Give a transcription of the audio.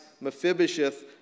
Mephibosheth